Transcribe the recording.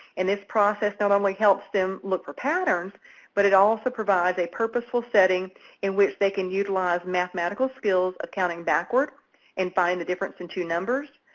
and this process not only helps them look for patterns but it also provides a purposeful setting in which they can utilize mathematical skills of counting backward and find the difference in two numbers.